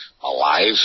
Alive